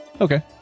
Okay